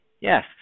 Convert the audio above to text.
Yes